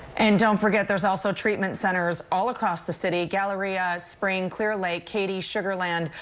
and don't forget there's also treatment centers all across the city. galleria, spring, clear lake, katy, sugar land,